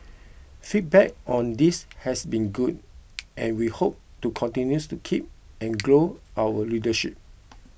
feedback on this has been good and we hope to continues to keep and grow our readership